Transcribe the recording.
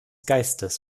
geistes